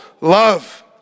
love